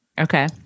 Okay